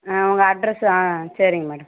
ஆ உங்கள் அட்ரஸு ஆ சேரிங்க மேடம்